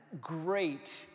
great